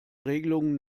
regelungen